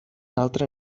altre